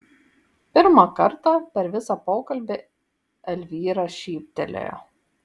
pirmą kartą per visą pokalbį elvyra šyptelėjo